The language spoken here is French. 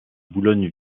boulogne